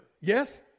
Yes